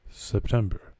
September